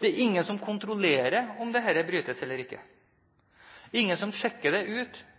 Det er ingen som kontrollerer om dette brytes eller ikke. Det er ingen som sjekker det,